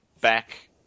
back